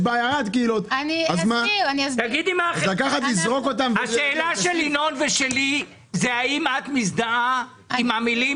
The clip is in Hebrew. יש בערד קהילות --- השאלה היא האם את מזדהה עם המילים